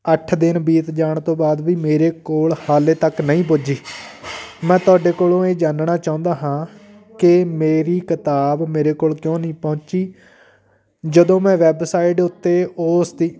ਅੱਠ ਦਿਨ ਬੀਤ ਜਾਣ ਤੋਂ ਬਾਅਦ ਵੀ ਮੇਰੇ ਕੋਲ ਹਾਲੇ ਤੱਕ ਨਹੀਂ ਪੁੱਜੀ ਮੈਂ ਤੁਹਾਡੇ ਕੋਲੋਂ ਇਹ ਜਾਣਨਾ ਚਾਹੁੰਦਾ ਹਾਂ ਕਿ ਮੇਰੀ ਕਿਤਾਬ ਮੇਰੇ ਕੋਲ ਕਿਉਂ ਨਹੀਂ ਪਹੁੰਚੀ ਜਦੋਂ ਮੈਂ ਵੈਬਸਾਈਟ ਉੱਤੇ ਉਸਦੀ